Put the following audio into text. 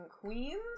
queens